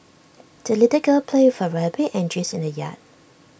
the little girl played with her rabbit and geese in the yard